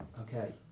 okay